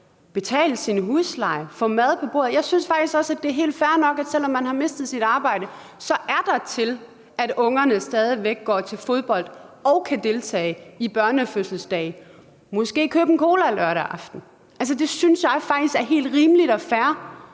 betale sin husleje, få mad på bordet. Jeg synes faktisk også, at det er fair nok, at selv om man har mistet sit arbejde, er der til, at ungerne stadig væk kan gå til fodbold og deltage i børnefødselsdage, og måske til, at man købe en cola lørdag aften. Det synes jeg faktisk er helt rimeligt og fair